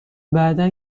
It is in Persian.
بعدا